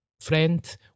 friend